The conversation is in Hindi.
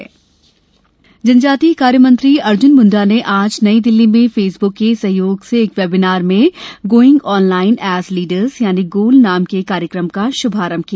जनजातीय मामले जनजातीय कार्य मंत्री अर्जुन मुंडा ने आज नई दिल्ली में फेसबुक के सहयोग से एक वेबीनार में गोइंग ऑनलाईन एज़ लीडर्स यानी गोल नाम के कार्यक्रम का श्भारंभ किया